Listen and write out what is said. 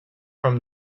from